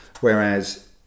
Whereas